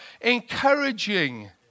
encouraging